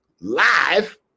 Live